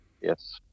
Yes